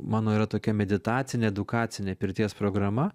mano yra tokia meditacinė edukacinė pirties programa